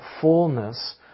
fullness